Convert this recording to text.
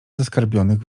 zaskarbionych